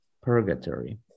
Purgatory